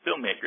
Filmmakers